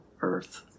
earth